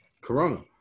Corona